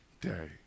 day